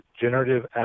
Generative